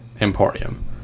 emporium